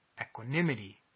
equanimity